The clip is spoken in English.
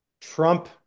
Trump